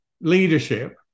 leadership